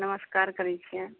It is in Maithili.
नमस्कार करैत छिअनि